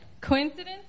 Coincidence